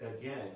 Again